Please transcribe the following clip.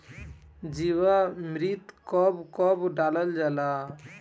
जीवामृत कब कब डालल जाला?